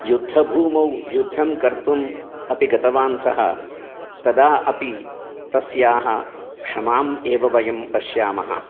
युद्धभूमौ युद्धं कर्तुम् अपि गतवान् सः तदा अपि तस्याः क्षमाम् एव वयं पश्यामः